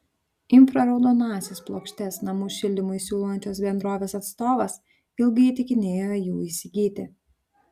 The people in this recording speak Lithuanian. infraraudonąsias plokštes namų šildymui siūlančios bendrovės atstovas ilgai įtikinėjo jų įsigyti